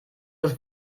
das